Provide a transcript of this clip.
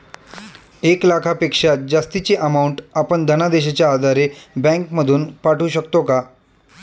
एक लाखापेक्षा जास्तची अमाउंट आपण धनादेशच्या आधारे बँक मधून पाठवू शकतो का?